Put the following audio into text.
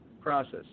process